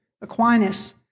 Aquinas